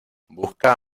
busca